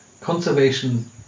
conservation